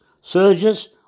surges